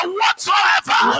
whatsoever